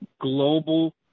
global